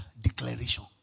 declaration